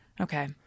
Okay